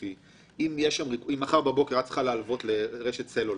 נניח שמחר בבוקר את צריכה להלוות לרשת סלולר.